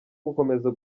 gukomeza